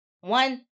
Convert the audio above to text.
one